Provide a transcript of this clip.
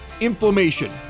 inflammation